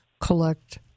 Collect